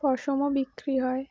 পশমও বিক্রি হয়